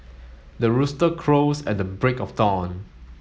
the rooster crows at the break of dawn